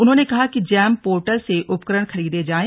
उन्होंने कहा कि जैम पोर्टल से उपकरण खरीदे जाएं